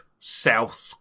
South